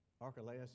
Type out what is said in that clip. Archelaus